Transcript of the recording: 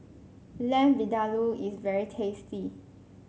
Lamb Vindaloo is very tasty